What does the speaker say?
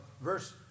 verse